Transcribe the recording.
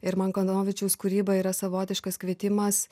ir man kanovičiaus kūryba yra savotiškas kvietimas